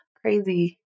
Crazy